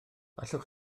allwch